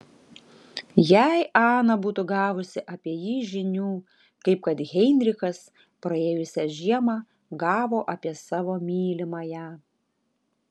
jei ana būtų gavusi apie jį žinių kaip kad heinrichas praėjusią žiemą gavo apie savo mylimąją